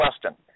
question